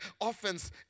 offense